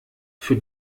für